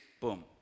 boom